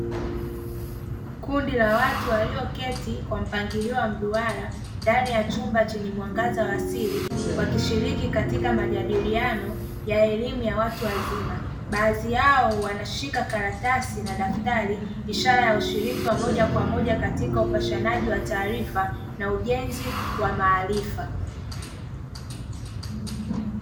Kundi la watu walioketi kwa mpangilio wa mduara ndani ya chumba chenye mwangaza wa asili wakishiriki katika majadiliano ya elimu ya watu wazima, baadhi yao wanashika karatasi na dafatri ishara ya ushiriki wa moja kwa moja katika upashanaji wa taarifa na ujenzi wa maarifa.